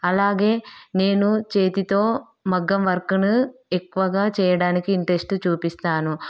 అలాగే నేను చేతితో మగ్గం వర్కును ఎక్కువగా చేయడానికి ఇంట్రెస్ట్ చూపిస్తాను